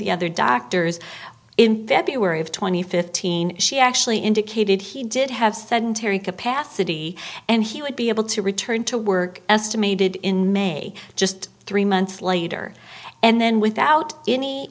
the other doctors in february of two thousand and fifteen she actually indicated he did have sedentary capacity and he would be able to return to work estimated in may just three months later and then without any